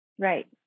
Right